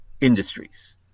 industries